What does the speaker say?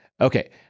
Okay